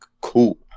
cool